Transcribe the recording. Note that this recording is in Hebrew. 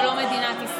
ולא מדינת ישראל.